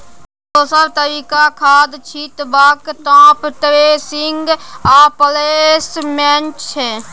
दोसर तरीका खाद छीटबाक टाँप ड्रेसिंग आ प्लेसमेंट छै